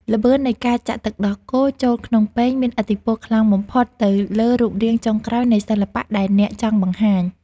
ល្បឿននៃការចាក់ទឹកដោះគោចូលក្នុងពែងមានឥទ្ធិពលខ្លាំងបំផុតទៅលើរូបរាងចុងក្រោយនៃសិល្បៈដែលអ្នកចង់បង្ហាញ។